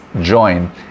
join